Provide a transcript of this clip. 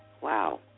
Wow